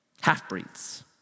half-breeds